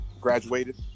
graduated